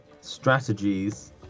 strategies